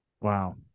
Wow